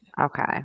Okay